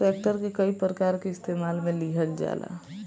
tractor के कई प्रकार के इस्तेमाल मे लिहल जाला